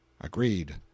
Agreed